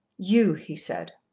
you, he said.